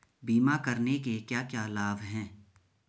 बीमा करने के क्या क्या लाभ हैं?